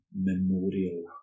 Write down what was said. memorial